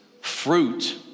fruit